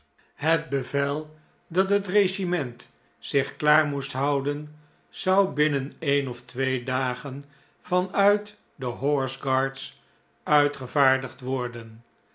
het bevel dat het regiment zich klaar moest houden zou binnen een of twee dagen van uit de horse guards uitgevaardigd worden